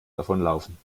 davonlaufen